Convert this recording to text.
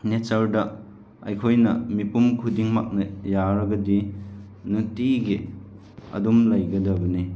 ꯅꯦꯆꯔꯗ ꯑꯩꯈꯣꯏꯅ ꯃꯤꯄꯨꯝ ꯈꯨꯗꯤꯡꯃꯛꯅ ꯌꯥꯔꯒꯗꯤ ꯅꯨꯡꯇꯤꯒꯤ ꯑꯗꯨꯝ ꯂꯩꯒꯗꯕꯅꯤ